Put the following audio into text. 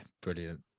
brilliant